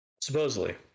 Supposedly